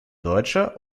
deutscher